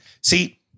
see